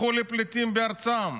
הפכו לפליטים בארצם,